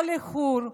כל איחור,